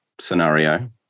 scenario